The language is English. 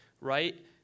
right